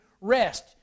rest